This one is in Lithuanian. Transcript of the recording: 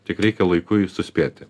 tik reikia laiku suspėti